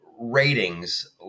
ratings